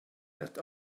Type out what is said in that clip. that